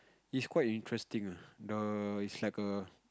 it's quite interesting ah the it's like a